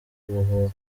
ubuhuha